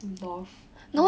golf